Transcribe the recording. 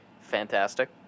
fantastic